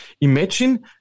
Imagine